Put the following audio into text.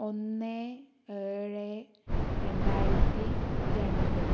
ഒന്ന് ഏഴ് രണ്ടായിരത്തി രണ്ട്